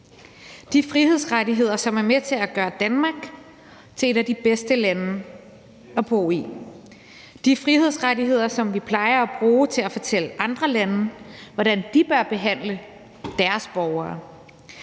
De frihedsrettigheder, som er med til at gøre Danmark til et af de bedste lande at bo i. De frihedsrettigheder, som vi plejer at bruge til at fortælle andre lande, hvordan de bør behandle deres borgere,